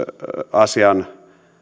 asian